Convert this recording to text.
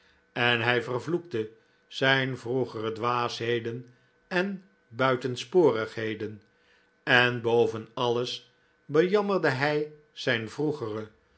en hij vervloekte zijn vroegere dwaasheden en buitensporigheden en boven alles bejammerde hij zijn vroegere